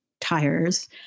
tires